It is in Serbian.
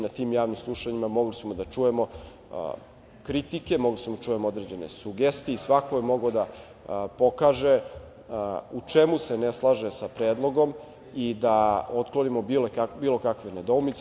Na tim javnim slušanjima mogli smo da čujemo kritike, mogli smo da čujemo određene sugestije i svako je mogao da pokaže u čemu se ne slaže sa predlogom i da otklonimo bilo kakve nedoumice.